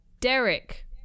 Derek